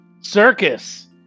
circus